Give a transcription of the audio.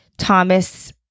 Thomas